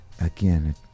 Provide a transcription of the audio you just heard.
again